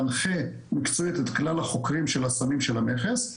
מנחה מקצועית את כלל החוקרים של הסמים של המכס,